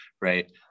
right